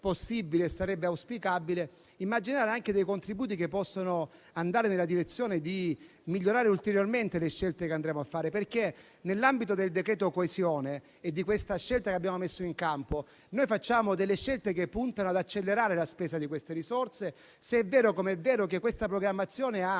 possibile, sarebbe auspicabile immaginare anche contributi che possano andare nella direzione di migliorare ulteriormente le scelte che andremo a fare. Nell'ambito del presente decreto-legge coesione, infatti, facciamo delle scelte che puntano ad accelerare la spesa di queste risorse, se è vero, come è vero, che questa programmazione ha